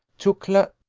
to cla,